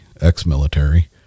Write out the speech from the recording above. ex-military